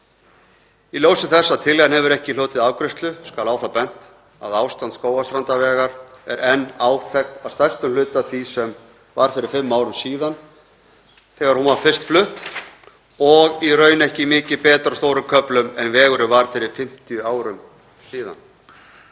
Í ljósi þess að tillagan hefur ekki hlotið afgreiðslu skal á það bent að ástand Skógarstrandarvegar er enn áþekkt að stærstum hluta því sem var fyrir fimm árum síðan þegar hún var fyrst flutt og í raun ekki mikið betra á stórum köflum en var fyrir 50 árum síðan.